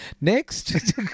Next